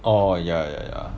orh ya ya ya